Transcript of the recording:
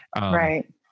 Right